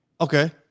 Okay